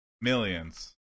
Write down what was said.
millions